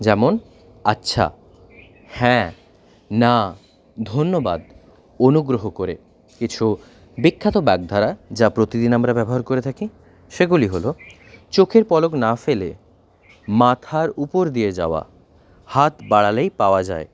যেমন আচ্ছা হ্যাঁ না ধন্যবাদ অনুগ্রহ করে কিছু বিখ্যাত বাগধারা যা প্রতিদিন আমরা ব্যবহার করে থাকি সেগুলি হল চোখের পলক না ফেলে মাথার উপর দিয়ে যাওয়া হাত বাড়ালেই পাওয়া যায়